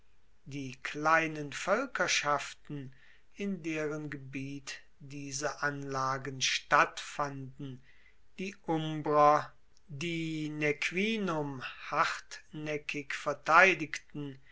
die kleinen voelkerschaften in deren gebiet diese anlagen stattfanden die umbrer die nequinum hartnaeckig verteidigten